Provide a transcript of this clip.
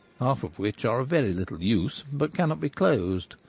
half of which are of very little use but cannot be closed.